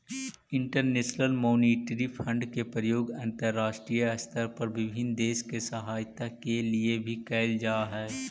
international monetary fund के प्रयोग अंतरराष्ट्रीय स्तर पर विभिन्न देश के सहायता के लिए भी कैल जा हई